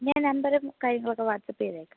ഞാൻ നമ്പറും കാര്യങ്ങളും ഒക്കെ വാട്ട്സ്സപ്പ് ചെയ്തേക്കാം